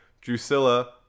drusilla